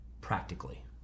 practically